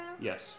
Yes